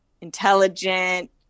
intelligent